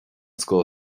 scoth